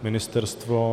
Ministerstvo?